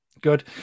Good